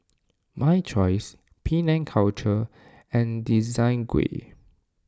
My Choice Penang Culture and Desigual